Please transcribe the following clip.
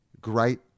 great